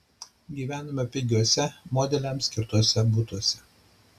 gyvenome pigiuose modeliams skirtuose butuose